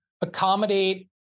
accommodate